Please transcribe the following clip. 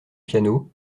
piano